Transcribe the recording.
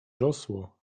rosło